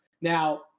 Now